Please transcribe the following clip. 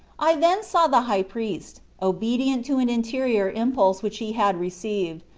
i then saw the high priest, obedient to an interior impulse which he had re ceived,